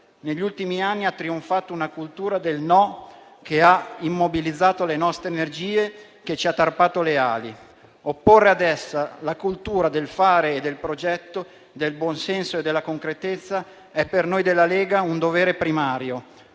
Negli ultimi anni ha trionfato una cultura del no che ha immobilizzato le nostre energie, che ci ha tarpato le ali. Occorre adesso una cultura del fare, del progetto, del buon senso e della concretezza. E questo per noi della Lega è un dovere primario,